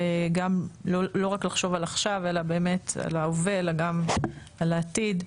בלחשוב לא רק על ההווה, אלא גם על העתיד.